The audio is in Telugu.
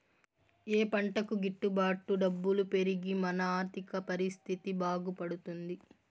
ఏ పంటకు గిట్టు బాటు డబ్బులు పెరిగి మన ఆర్థిక పరిస్థితి బాగుపడుతుంది?